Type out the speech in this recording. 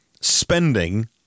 spending